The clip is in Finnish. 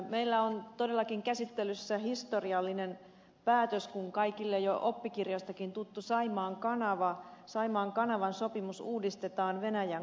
meillä on todellakin käsittelyssä historiallinen päätös kun kaikille jo oppikirjoistakin tutun saimaan kanavan sopimus uudistetaan venäjän kanssa